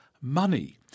money